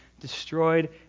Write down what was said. destroyed